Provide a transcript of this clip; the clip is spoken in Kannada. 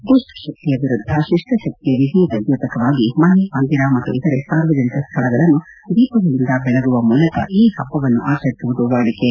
ದುಷ್ಷಶಕ್ತಿಯ ವಿರುದ್ಧ ಶಿಷ್ಷ ಶಕ್ತಿಯ ವಿಜಯದ ದ್ನೋತಕವಾಗಿ ಮನೆ ಮಂದಿರ ಮತ್ತು ಇತರೆ ಸಾರ್ವಜನಿಕ ಸ್ಲಳಗಳನ್ನು ದೀಪಗಳಿಂದ ಬೆಳಗುವ ಮೂಲಕ ಈ ಹಬ್ಲವನ್ನು ಆಚರಿಸುವುದು ವಾಡಿಕೆ